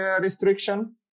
restriction